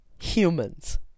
Humans